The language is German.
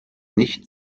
nicht